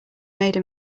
made